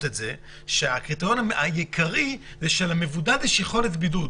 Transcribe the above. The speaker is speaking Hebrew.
את זה כך שהקריטריון העיקרי יהיה שלמבודד תהיה יכולת בידוד.